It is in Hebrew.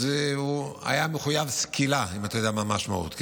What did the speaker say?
אז הוא היה מחויב סקילה, אם אתה יודע מה המשמעות.